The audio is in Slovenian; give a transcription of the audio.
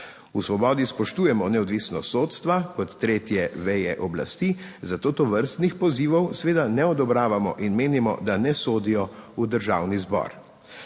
V Svobodi spoštujemo neodvisnost sodstva kot tretje veje oblasti, zato tovrstnih pozivov seveda ne odobravamo in menimo, da ne sodijo v Državni zbor.